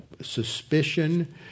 suspicion